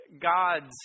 God's